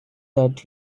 that